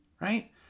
right